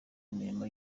imirimo